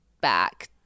back